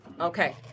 Okay